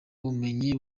ubumenyi